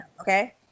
Okay